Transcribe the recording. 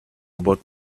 about